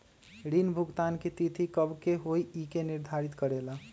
ऋण भुगतान की तिथि कव के होई इ के निर्धारित करेला?